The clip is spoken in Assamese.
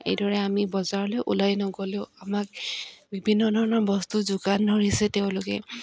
এইদৰে আমি বজাৰলৈ ওলাই নগ'লেও আমাক বিভিন্ন ধৰণৰ বস্তু যোগান ধৰিছে তেওঁলোকে